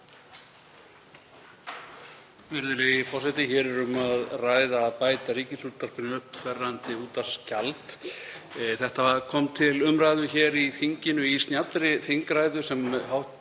Hér er um að ræða að bæta Ríkisútvarpinu upp þverrandi útvarpsgjald. Það kom til umræðu hér í þinginu í snjallri þingræðu sem hv.